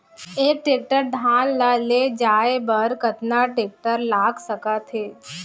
एक एकड़ धान ल ले जाये बर कतना टेकटर लाग सकत हे?